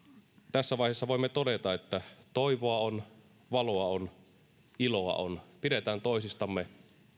tässä vaiheessa voimme todeta että toivoa on valoa on iloa on pidetään toisistamme